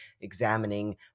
examining